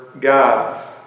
God